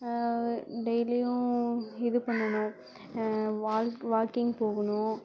டெய்லியும் இது பண்ணணும் வால்க் வாக்கிங் போகணும்